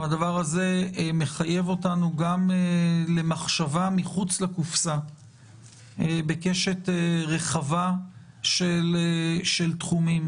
הדבר הזה מחייב אותנו גם למחשבה מחוץ לקופסה בקשת רחבה של תחומים.